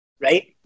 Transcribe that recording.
Right